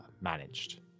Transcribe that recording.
managed